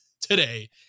today